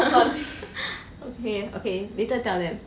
okay later tell them